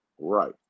Right